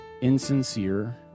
insincere